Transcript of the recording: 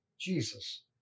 Jesus